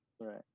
Right